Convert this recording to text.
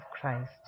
Christ